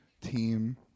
team